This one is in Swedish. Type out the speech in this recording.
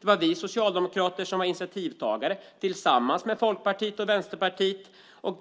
Det var vi socialdemokrater som, tillsammans med Folkpartiet och Centerpartiet, var initiativtagare och